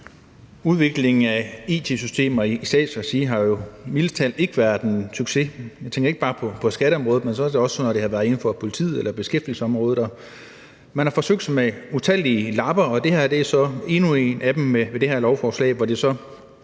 Udviklingen af it-systemer i statsligt regi har jo mildest talt ikke været en succes. Jeg tænker ikke bare på skatteområdet, men sådan set også, når det har været inden for politiet eller beskæftigelsesområdet. Man har forsøgt sig med utallige lapper, og der er så endnu en af dem i det her lovforslag, hvor det